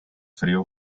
frío